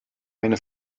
eine